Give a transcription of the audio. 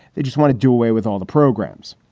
they just want to do away with all the programs.